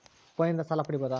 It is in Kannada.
ಫೋನಿನಿಂದ ಸಾಲ ಪಡೇಬೋದ?